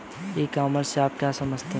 ई commerce से आप क्या समझते हैं?